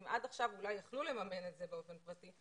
שאם עד עכשיו אולי יכלו לממן את זה באופן פרטי,